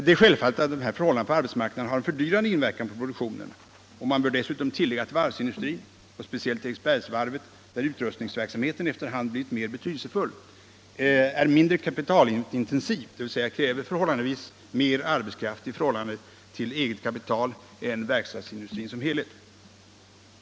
Det är självklart att dessa förhållanden har en fördyrande inverkan på produktionen. Man bör dessutom tillägga att varvsindustrin — och speciellt Eriksbergsvarvet, där utrustningsverksamheten efter hand blivit mer betydelsefull — är mindre kapitalintensiv, dvs. kräver förhållandevis mer arbetskraft i förhållande till eget kapital, än verkstadsindustrin som helhet.